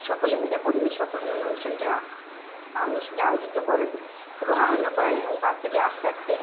সকলে মিলে পরিবেশ সকলে মিলে অনুষ্ঠানটি অনুষ্ঠানটি আয়োজিত করেন এবং আনন্দ করেন এবং বাচ্চাটি আস্তে আস্তে